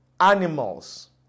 animals